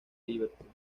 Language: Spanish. liverpool